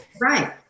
Right